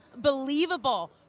believable